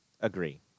agree